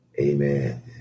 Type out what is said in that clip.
Amen